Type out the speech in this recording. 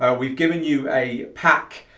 ah we've given you a pack.